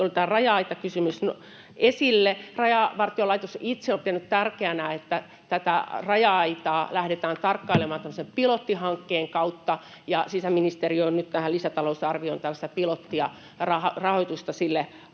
tuli tämä raja-aitakysymys esille: Rajavartiolaitos itse on pitänyt tärkeänä, että tätä raja-aitaa lähdetään tarkkailemaan tämmöisen pilottihankkeen kautta. Sisäministeriö on nyt tähän lisätalousarvioon tällaiselle pilotille rahoitusta esittänyt,